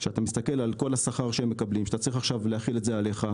כשאתה מסתכל על כל השכר שהם מקבלים כשאתה מכיל את זה בתוכך